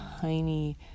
tiny